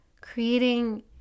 creating